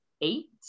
eight